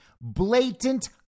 blatant